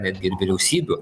netgi ir vyriausybių